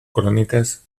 crónicas